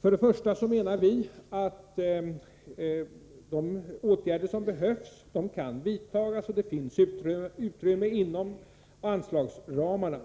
För det första menar vi att de åtgärder som behövs kan vidtas, och det finns utrymme inom anslagsramarna.